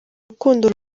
rukundo